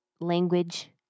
language